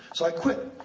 so i quit,